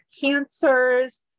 cancers